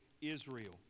Israel